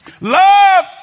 Love